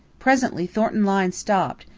presently thornton lyne stopped,